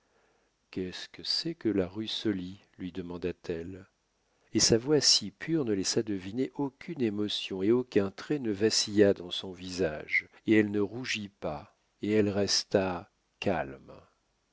qu'est-ce que c'est que la rue soly lui demanda-t-elle et sa voix si pure ne laissa deviner aucune émotion et aucun trait ne vacilla dans son visage et elle ne rougit pas et elle resta calme